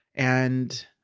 and,